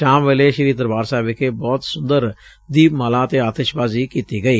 ਸ਼ਾਮ ਵੇਲੇ ਸ੍ਰੀ ਦਰਬਾਰ ਸਾਹਿਬ ਵਿਖੇ ਬਹੁਤ ਸੁੰਦਰ ਦੀਪਮਾਲਾ ਅਤੇ ਆਤਿਸ਼ਬਾਜੀ ਕੀਤੀ ਗਈ